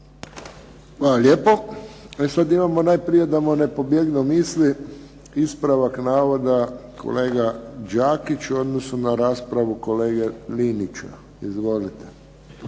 Hvala lijepo. E sad imamo najprije da mu ne pobjegnu misli, ispravak navoda kolega Đakić u odnosu na raspravu kolege Linića. Izvolite.